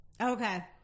Okay